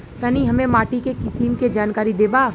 तनि हमें माटी के किसीम के जानकारी देबा?